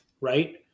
right